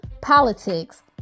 politics